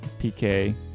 PK